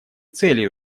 целей